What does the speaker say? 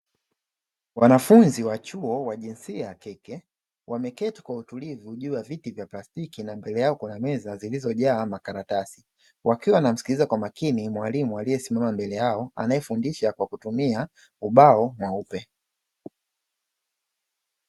Wanafunzi wa chuo wa jinsia ya kike wameketi kwa utulivu juu ya viti vya plastiki na mbele yao kuna meza zilizojaa makaratasi, wakiwa wanamsikiliza kwa makini mwalimu aliyesimama mbele yao, anayefundisha kwa kutumia ubao mweupe.